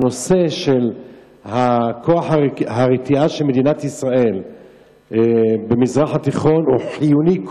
הנושא של כוח ההרתעה של מדינת ישראל במזרח התיכון הוא חיוני,